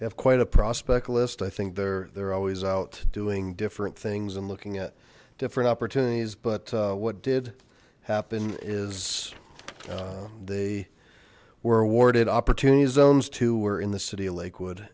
they have quite a prospect list i think they're they're always out doing different things and looking at different opportunities but what did happen is they were awarded opportunities ohms to were in the city of lakewood